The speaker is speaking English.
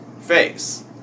face